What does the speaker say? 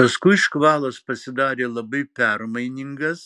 paskui škvalas pasidarė labai permainingas